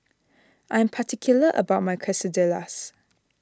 I am particular about my Quesadillas